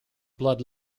blood